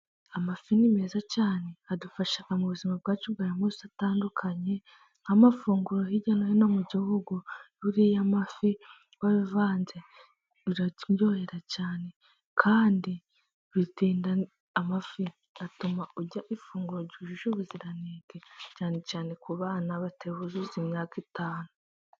Amafi ni meza cyane adufasha mu buzima bwacu bwa munsi butandukanye nka mafunguro hirya no hino mu gihugu iyo uriye amafi wabivanze biraryoherera cyane, kandi ikindi amafi atuma ujya ifunguro ryujuje ubuziranenge cyane cyane ku bana bataruzuza imyaka itanu.